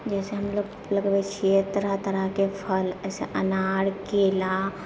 जैसे हमलोग लगबैत छियै तरह तरहके फल ऐसे अनार केला